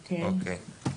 אוקי.